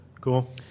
Cool